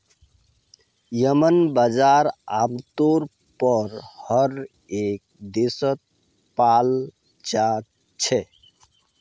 येम्मन बजार आमतौर पर हर एक देशत पाल जा छे